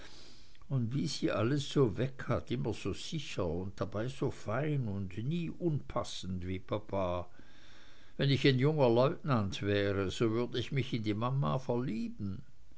und wie sie alles so weg hat immer so sicher und dabei so fein und nie unpassend wie papa wenn ich ein junger leutnant wäre so würd ich mich in die mama verlieben